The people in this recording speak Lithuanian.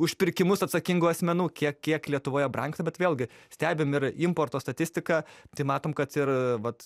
už pirkimus atsakingų asmenų kiek kiek lietuvoje brangsta bet vėlgi stebim ir importo statistiką tai matom kad ir vat